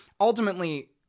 ultimately